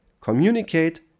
communicate